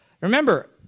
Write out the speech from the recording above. Remember